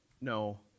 no